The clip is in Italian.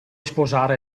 sposare